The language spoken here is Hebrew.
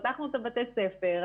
פתחנו את בתי הספר,